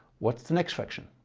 what's the next fraction?